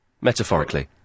metaphorically